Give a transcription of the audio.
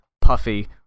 Puffy